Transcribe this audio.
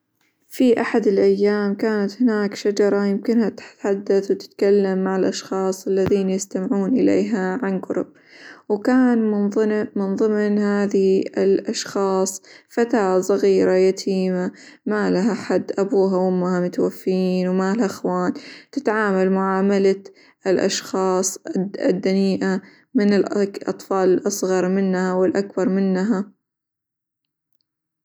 في أحد الأيام كانت هناك شجرة يمكنها -تت- تتحدث، وتتكلم مع الأشخاص الذين يستمعون إليها عن قرب، وكان من من -ظم- ظمن هذه الأشخاص فتاة صغيرة يتيمة ما لها حد أبوها، وأمها متوفيين، وما لها إخوان، تتعامل معاملة الأشخاص -ال- الدنيئة من -ال- الأطفال الأصغر منها، والأكبر منها.